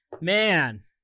man